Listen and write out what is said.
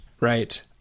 Right